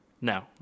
No